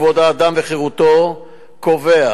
כבוד האדם וחירותו קובע